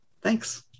thanks